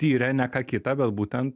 tyrė ne ką kitą bet būtent